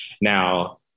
Now